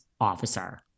officer